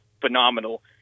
phenomenal